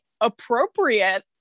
appropriate